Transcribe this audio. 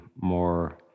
more